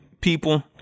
people